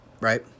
Right